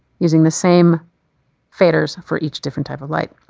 using the same faders for each different type of light.